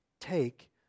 take